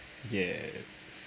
yes